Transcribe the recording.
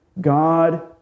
God